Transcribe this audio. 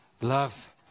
Love